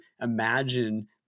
imagine